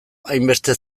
hainbeste